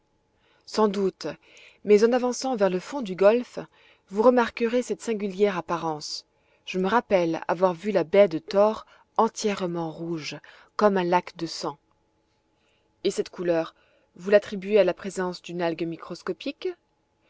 sans doute mais en avançant vers le fond du golfe vous remarquerez cette singulière apparence je me rappelle avoir vu la baie de tor entièrement rouge comme un lac de sang et cette couleur vous l'attribuez à la présence d'une algue microscopique